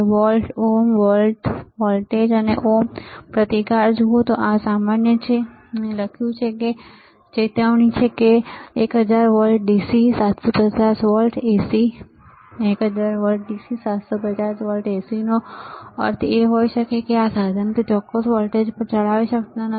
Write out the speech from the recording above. volt ohm volt voltage અને ohm પ્રતિકાર જુઓ તો આ સામાન્ય છે અહીં લખ્યું છે ચેતવણી છે 1000 volt dc 750 volt Ac 1000 volt dc 750 volt ACનો અર્થ એ હોઈ શકે કે તમે આ સાધનને તે ચોક્કસ વોલ્ટેજ પર ચલાવી શકતા નથી